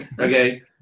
okay